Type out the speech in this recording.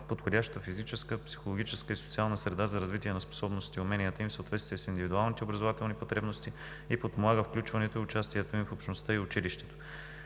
подходяща физическа, психологическа и социална среда за развитие на способности и уменията им в съответствие с индивидуалните образователни потребности и подпомага включването и участието им в общността и училището.